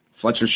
Fletcher